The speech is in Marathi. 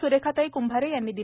सुरेखाताई क्ंभारे यांनी दिली